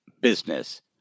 business